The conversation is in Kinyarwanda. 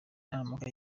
naramuka